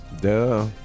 Duh